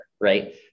right